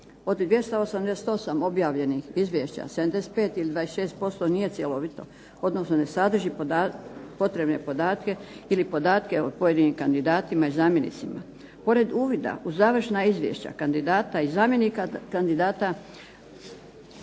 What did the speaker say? Od 288 objavljenih izvješća 75 ili 26% nije cjelovito odnosno ne sadrži potrebne podatke ili podatke o pojedinim kandidatima i zamjenicima. Pored uvida u završna izvješća kandidata i zamjenika kandidata